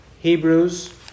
Hebrews